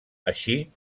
així